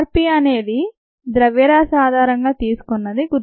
r P నేది ద్రవ్యరాశి ఆధారంగా తీసుకొన్నది గుర్తుంచుకోండి